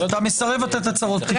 אתה מסרב לתת הצהרות פתיחה.